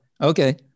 Okay